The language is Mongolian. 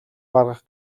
гаргах